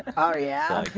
oh yeah.